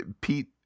pete